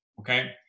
Okay